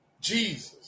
Jesus